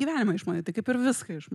gyvenimą išmanai kaip ir viską išma